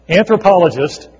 anthropologist